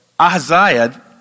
Ahaziah